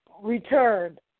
returned